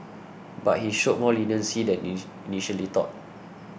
but he showed more leniency than initially thought